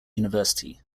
university